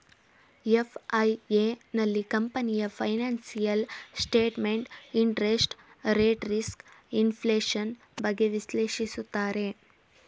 FIA, ನಲ್ಲಿ ಕಂಪನಿಯ financial statement, interest rate risk, inflation, ಬಗ್ಗೆ ವಿಶ್ಲೇಷಿಸುತ್ತಾರೆ